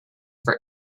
for